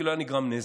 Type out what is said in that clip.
כי לא היה נגרם נזק,